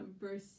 verse